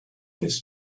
this